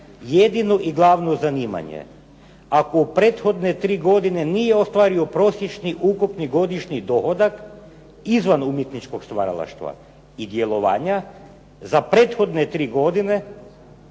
jedino i glavno zanimanje ako prethodne tri godine nije ostvario prosječni ukupni godišnji dohodak izvan umjetničkog stvaralaštva i djelovanja za prethodne tri godine".